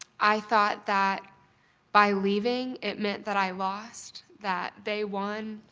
i thought that by leaving, it meant that i lost. that they won.